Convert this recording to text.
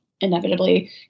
inevitably